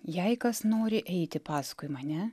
jei kas nori eiti paskui mane